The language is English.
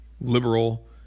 liberal